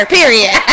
Period